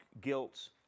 guilt's